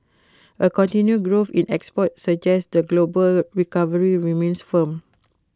A continued growth in exports suggest the global recovery remains firm